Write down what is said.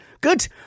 Good